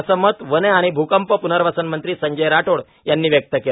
असे मत वने आणि भूंकप पनर्वसन मंत्री संजय राठोड यांनी व्यक्त केल